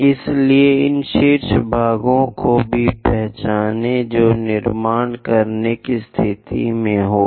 इसलिए इन शीर्ष भागों को भी पहचानें जो निर्माण करने की स्थिति में होगा